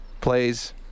plays